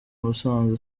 musanze